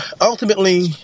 ultimately